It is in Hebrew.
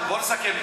בוא נסכם,